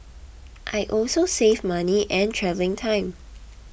I also save money and travelling time